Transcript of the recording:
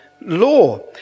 law